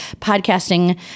podcasting